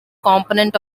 component